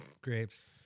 grapes